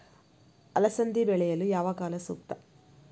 ಅಲಸಂದಿ ಬೆಳೆಯಲು ಯಾವ ಕಾಲ ಸೂಕ್ತ?